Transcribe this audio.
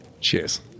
Cheers